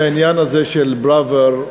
בעניין הזה של חוק פראוור,